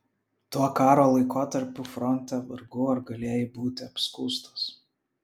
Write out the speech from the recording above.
tuo karo laikotarpiu fronte vargu ar galėjai būti apskųstas